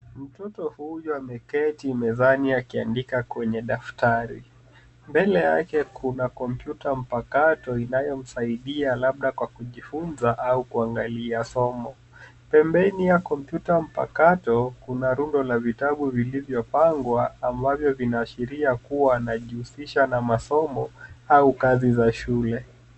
Mtoto huyu ameketi mezani akiandika kwenye daftari. Mbele yake kuna kompyuta mpakato inayomsaidia labda kwa kujifunza au kuangalia somo. Pembeni ya kompyuta mpakato kuna rundo la vitabu vilivyopangwa ambavyo vinaashiria kuwa anajihusisha na masomo au kazi za shule.